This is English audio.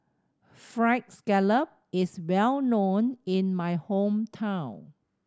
Fried Scallop is well known in my hometown